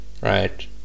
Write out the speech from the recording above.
right